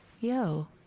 yo